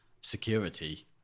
security